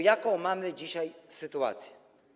Jaką mamy dzisiaj sytuację?